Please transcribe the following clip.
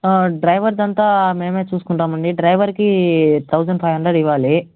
డ్రైవర్దంతా మేమే చూసుకుంటామండి డ్రైవర్కి థౌసండ్ ఫైవ్ హండ్రడ్ ఇవ్వాలి